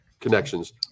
Connections